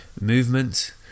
movement